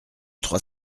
trois